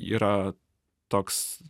yra toks